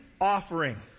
offering